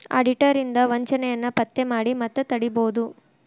auditor ಇಂದಾ ವಂಚನೆಯನ್ನ ಪತ್ತೆ ಮಾಡಿ ಮತ್ತ ತಡಿಬೊದು